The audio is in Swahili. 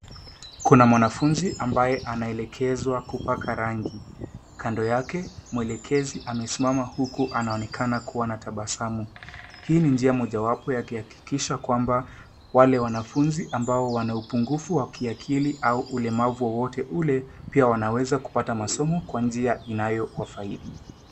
Kuna mwanafunzi ambaye anaelekezwa kupaka rangi. Kando yake mwelekezi amesimama, huku akionekana kua na tabasamu. Hii ni njia mojawapo ya kuhakikisha kwamba, wale wanafunzi ambao wana upunguvu wa kiakili au ulemavu wowote ule, pia wanaweza kupata masomo kwa njia inayowafaidi.